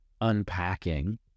unpacking